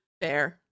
Fair